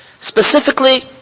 specifically